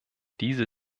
diese